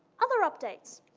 other updates.